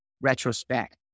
retrospect